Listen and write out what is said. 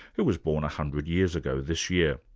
who was born a hundred years ago this year.